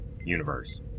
universe